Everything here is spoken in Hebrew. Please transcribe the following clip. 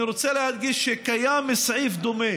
אני רוצה להדגיש שקיים סעיף דומה